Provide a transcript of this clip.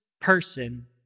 person